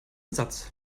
satz